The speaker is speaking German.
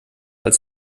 als